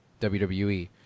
WWE